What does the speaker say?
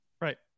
Right